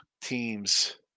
teams